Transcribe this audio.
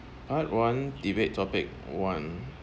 part one debate topic one